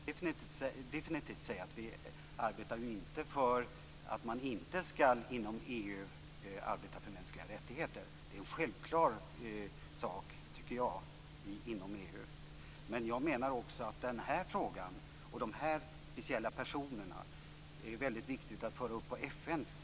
Fru talman! Jag vill definitivt säga att vi inte menar att man inte skall arbeta för mänskliga rättigheter inom EU. Det är en självklar sak, tycker jag, inom EU. Men jag menar också att det är väldigt viktigt att föra upp den här frågan och de här speciella personerna på FN:s dagordning.